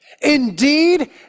Indeed